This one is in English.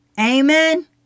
Amen